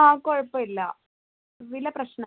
ആ കുഴപ്പമില്ല വില പ്രശ്നം